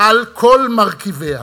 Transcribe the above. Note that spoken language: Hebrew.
על כל מרכיביה.